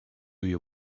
you